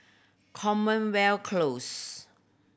Commonwealth Close